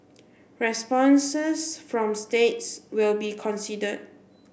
responses from states will be considered